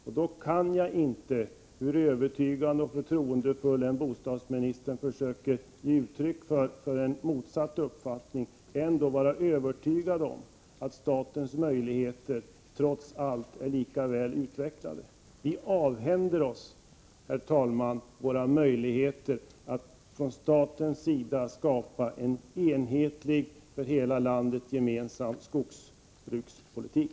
Därför kan jag ändå inte — hur övertygande och förtroendefullt än bostadsministern försöker ge uttryck för en motsatt uppfattning — vara övertygad om att statens möjligheter trots allt kommer att vara lika väl utvecklade. Herr talman! Vi avhänder staten dess möjligheter att skapa en enhetlig, för hela landet gemensam, skogsbrukspolitik.